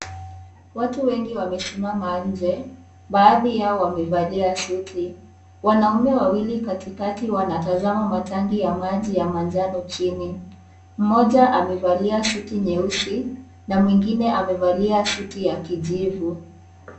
Watu wengi wamesimama nje baadhi yao wamevalia suti, wanaume wawili katikati wanatazama matangi ya maji ya majano chini, mmoja amevalia suti nyeusi na mwingine amevalia suti ya kujivu.